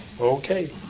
okay